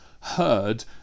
heard